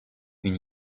une